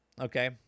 okay